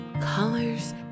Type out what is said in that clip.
colors